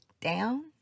down